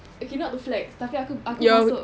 okay not to flex tapi aku aku masuk